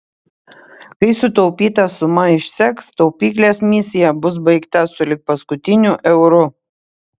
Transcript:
kai sutaupyta suma išseks taupyklės misija bus baigta sulig paskutiniu euru